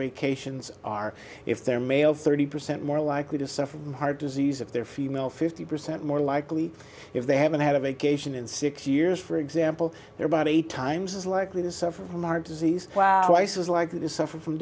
vacations are if they're male thirty percent more likely to suffer from heart disease if they're female fifty percent more likely if they haven't had a vacation in six years for example they're about eight times as likely to suffer from our disease weiss is likely to suffer from